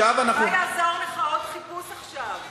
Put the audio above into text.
מה יעזור לך עוד חיפוש עכשיו?